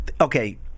okay